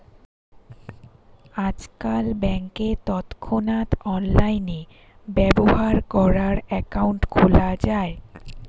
আজকাল ব্যাংকে তৎক্ষণাৎ অনলাইনে ব্যবহার করার অ্যাকাউন্ট খোলা যায়